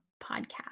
podcast